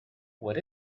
what